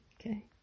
okay